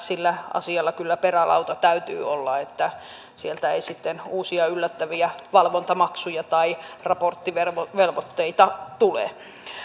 sillä asialla kyllä perälauta täytyy olla että sieltä ei sitten uusia yllättäviä valvontamaksuja tai raporttivelvoitteita tule